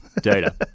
data